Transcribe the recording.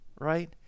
right